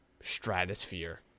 stratosphere